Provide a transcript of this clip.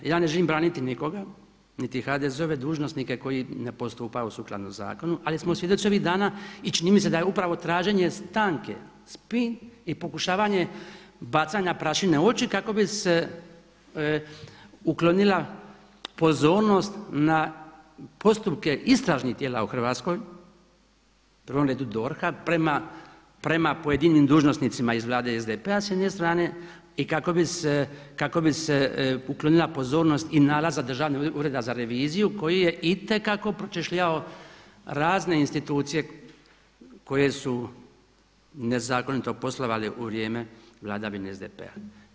Ja ne želim braniti nikoga, niti HDZ-ove dužnosnike koji ne postupaju sukladno zakonu ali smo svjedoci ovih dana i čini mi se da je upravo traženje stanke spin i pokušavanje bacanja prašine u oči kako bi se uklonila pozornost na postupke istražnih tijela u Hrvatskoj, u prvom redu DORH-a prema pojedinim dužnosnicima iz Vlade SDP-a s jedne strane i kako bi se, kako bi se uklonila pozornost i nalaza Državnog ureda za reviziju koji je itekako pročešljao razne institucije koje su nezakonito poslovale u vrijeme vladavine SDP-a.